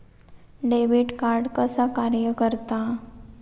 Debit card कसा कार्य करता?